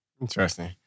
interesting